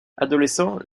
adolescent